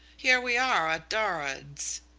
here we are at durrad's.